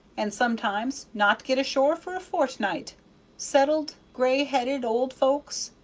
and sometimes not get ashore for a fortnight settled, gray-headed old folks!